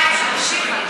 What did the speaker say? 2040?